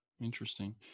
Interesting